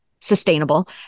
sustainable